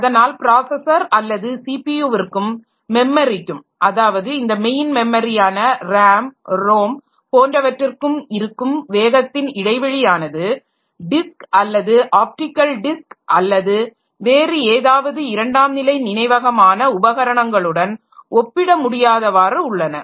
அதனால் ப்ராஸஸர் அல்லது ஸிபியுவிற்கும் மெமரிக்கும் அதாவது இந்த மெயின் மெமரியான RAM ROM போன்றவற்றிற்கும் இருக்கும் வேகத்தின் இடைவெளியானது டிஸ்க் அல்லது ஆப்டிக்கல் டிஸ்க் அல்லது வேறு ஏதாவது இரண்டாம்நிலை நினைவகமான உபகரணங்களுடன் ஒப்பிட முடியாதவாறு உள்ளன